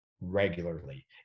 regularly